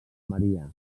maria